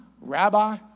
Rabbi